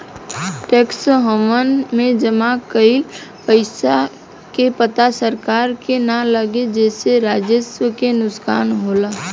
tax haven में जमा कइल पइसा के पता सरकार के ना लागे जेसे राजस्व के नुकसान होला